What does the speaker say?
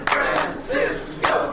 Francisco